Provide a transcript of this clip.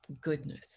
goodness